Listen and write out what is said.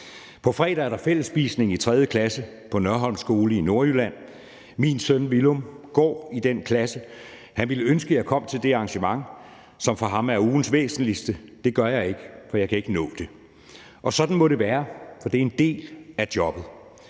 På fredag er der fællesspisning i 3. klasse på Nørholm Skole i Nordjylland. Min søn Villum går i den klasse. Han ville ønske, at jeg kom til det arrangement, som for ham er ugens væsentligste. Det gør jeg ikke, for jeg kan ikke nå det, og sådan må det være, for det er en del af jobbet.